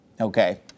Okay